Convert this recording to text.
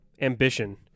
ambition